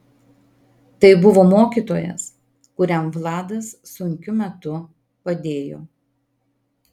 tai buvo mokytojas kuriam vladas sunkiu metu padėjo